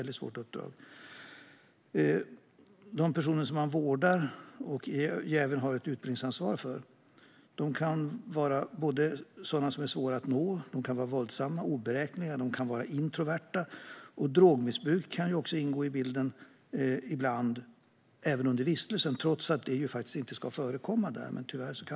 De personer man vårdar och även har utbildningsansvar för kan vara introverta och svåra att nå. De kan vara våldsamma och oberäkneliga. Drogmissbruk kan ingå i bilden, ibland även under vistelsen. Trots att det inte ska förekomma där kan det tyvärr vara så.